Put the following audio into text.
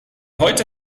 heute